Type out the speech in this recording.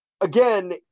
again